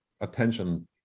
attention